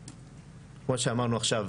כמו שאמרנו עכשיו,